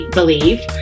believe